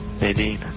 Nadine